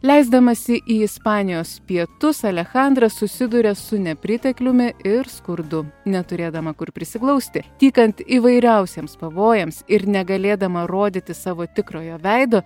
leisdamasi į ispanijos pietus alechandra susiduria su nepritekliumi ir skurdu neturėdama kur prisiglausti tykant įvairiausiems pavojams ir negalėdama rodyti savo tikrojo veido